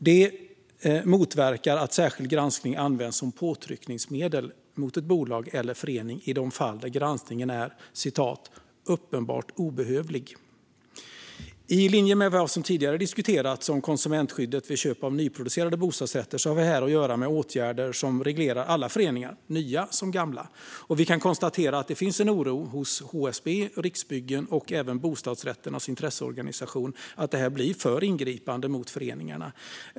Det motverkar att särskild granskning används som påtryckningsmedel mot ett bolag eller en förening i de fall där granskningen är "uppenbart obehövlig". I linje med vad som tidigare diskuterats om konsumentskyddet vid köp av nyproducerade bostadsrätter har vi här att göra med åtgärder som reglerar alla föreningar, nya som gamla. Vi kan konstatera att det finns en oro hos HSB, Riksbyggen och även bostadsrätternas intresseorganisation att det här blir för ingripande mot föreningarna.